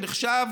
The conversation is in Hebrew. שנחשב